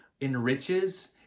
enriches